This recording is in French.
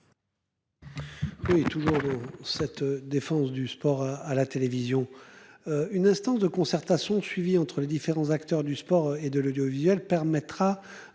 Et toujours cette défense du sport à la télévision. Une instance de concertation suivi entre les différents acteurs du sport et de l'audiovisuel permettra